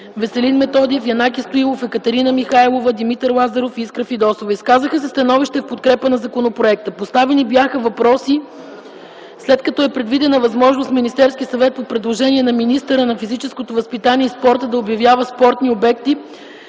Веселин Методиев, Янаки Стоилов, Екатерина Михайлова, Димитър Лазаров и Искра Фидосова. Изказаха се становища в подкрепа на законопроекта. Поставени бяха въпроси, след като е предвидена възможност Министерският съвет по предложение на министъра на физическото възпитание и спорта да обявява спортни обекти